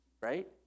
Right